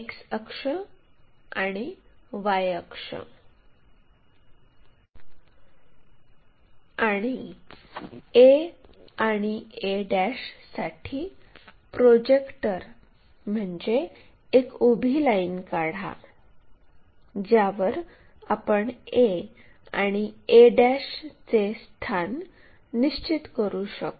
X अक्ष आणि Y अक्ष आणि a आणि a साठी प्रोजेक्टर म्हणजे एक उभी लाईन काढा ज्यावर आपण a आणि a चे स्थान निश्चित करू शकतो